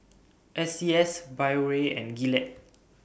S C S Biore and Gillette